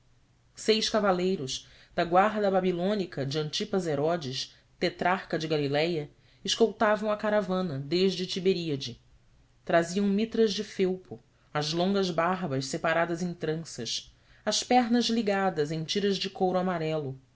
seis cavaleiros da guarda babilônica de antipas herodes tetrarca de galiléia escoltavam a caravana desde tiberíade traziam mitras de felpo as longas barbas separadas em tranças as pernas ligadas em tiras de couro amarelo